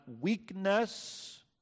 weakness